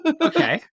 okay